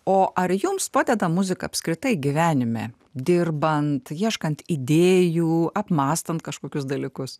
o ar jums padeda muzika apskritai gyvenime dirbant ieškant idėjų apmąstant kažkokius dalykus